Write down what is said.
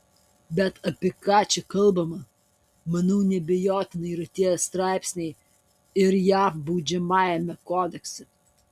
bet apie ką čia kalbama manau neabejotinai yra tie straipsniai ir jav baudžiamajame kodekse